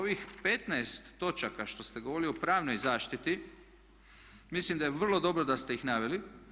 Ovih 15 točaka što ste govorili o pravnoj zaštiti mislim da je vrlo dobro da ste ih naveli.